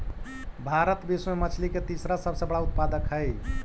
भारत विश्व में मछली के तीसरा सबसे बड़ा उत्पादक हई